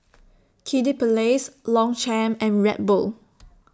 Kiddy Palace Longchamp and Red Bull